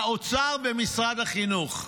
האוצר ומשרד החינוך,